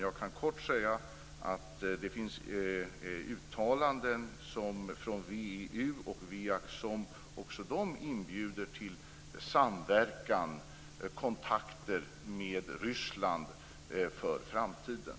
Jag kan kortfattat säga att det finns uttalanden från VEU och WEAG, och också de inbjuder till samverkan och kontakter med Ryssland för framtiden.